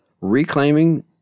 reclaiming